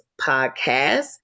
podcast